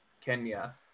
Kenya